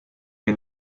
mir